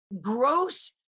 gross